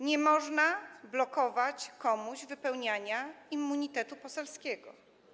Nie można blokować komuś wypełniania mandatu poselskiego.